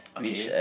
okay